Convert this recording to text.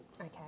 Okay